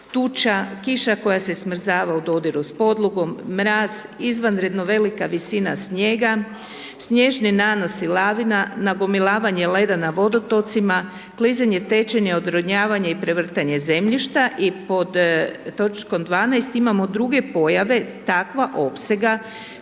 tuča, kiša koja se smrzava u dodiru s podlogom, mraz, izvanredno velika visina snijega, snježni nanosi lavina, nagomilavanje leda na vodotocima, klizanje, tečenje, odronjavanje i prevrtanje zemljišta i pod toč. 12. imamo druge pojave takva opsega